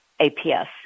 APS